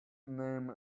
name